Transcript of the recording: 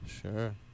Sure